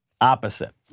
opposite